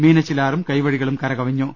മീനച്ചിലാറും കൈവഴികളും കരകവിഞ്ഞു